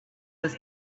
was